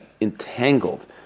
entangled